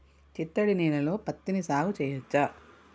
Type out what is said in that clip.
చిత్తడి నేలలో పత్తిని సాగు చేయచ్చా?